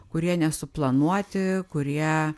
kurie nesuplanuoti kurie